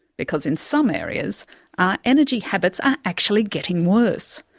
because in some areas, our energy habits are actually getting worse.